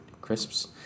crisps